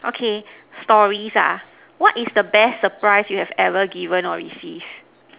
okay stories ah what is the best surprise you have ever given or receive